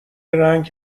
رنگ